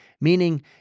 meaning